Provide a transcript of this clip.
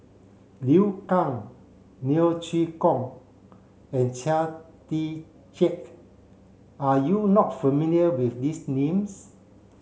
Liu Kang Neo Chwee Kok and Chia Tee Chiak are you not familiar with these names